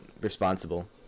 responsible